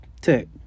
Tech